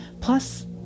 plus